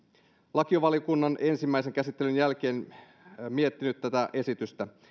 lakivaliokunnan ensimmäisen käsittelyn jälkeen olen miettinyt tätä esitystä